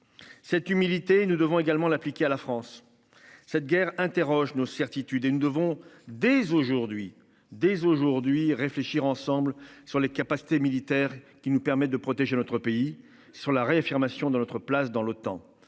Cette humilité, nous devons également l'appliquer à la France cette guerre interroge nos certitudes et nous devons, dès aujourd'hui, dès aujourd'hui, réfléchir ensemble sur les capacités militaires qui nous permettent de protéger notre pays sur la réaffirmation de notre place dans le